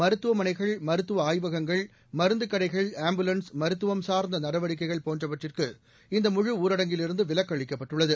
மருத்துவமனைகள் மருத்துவ ஆய்வகங்கள் மருந்துக் கடைகள் ஆம்புலன்ஸ் மருத்துவம் சார்ந்த நடவடிக்கைகள் போன்றவற்றிற்கு இந்த முழுஊரடங்கிலிருந்து விலக்களிக்கப்பட்டுள்ளது